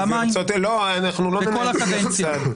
פעמיים בכל הקדנציה.